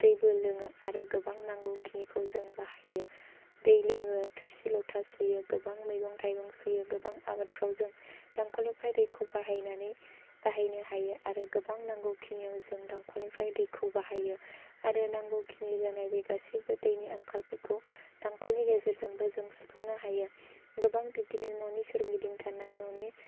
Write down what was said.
दैबो लोङो आरो गोबां नांगौखिनिखौ जों बाहायो दै लोङो थोरसि लथा सुयो गोबां मैगं थाइगं सुयो गोबां आबादफोराव जों दंखलनिफ्राय दैखौ बाहायनो हायो आरो गोबां नांगौखिनिआव जों दंखलनिफ्राय दैखौ बाहायो आरो नांगौ खिनि जानाय बे गासैबो दैनि आंखालफोरखौ दंखलनि गेजेरजोंबो जों सुफुंनो हायो गोबां बिब्दिनो न'नि सोरगिदिं थानाय न'नि